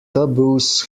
taboos